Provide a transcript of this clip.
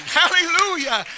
hallelujah